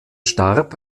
starb